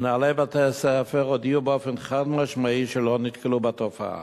מנהלי בתי-הספר הודיעו באופן חד-משמעי שלא נתקלו בתופעה.